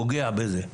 פוגע בזה,